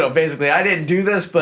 so basically, i didn't do this, but